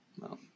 No